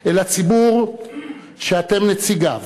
אל הציבור שאתם נציגיו,